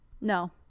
No